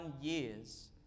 years